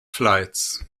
flights